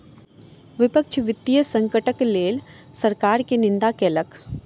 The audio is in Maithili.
विपक्ष वित्तीय संकटक लेल सरकार के निंदा केलक